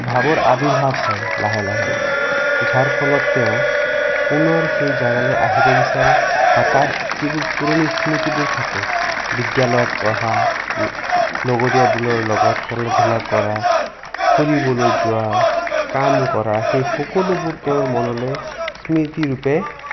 ভাৱৰ আবিৰ্ভাৱ হয় লাহে লাহে যাৰ ফলত তেওঁ পুনৰ সেই জাগালৈ আহিব বিচাৰে বা তাৰ যিবোৰ পুৰণি স্মৃতিবোৰ থাকে বিদ্যালয়ত পঢ়া লগৰীয়াবোৰৰ লগত খেলা ধূলা কৰা ফুৰিবলৈ যোৱা কাম কৰা সেই সকলোবোৰ তেওঁৰ মনলৈ স্মৃতিৰূপে